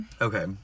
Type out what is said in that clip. Okay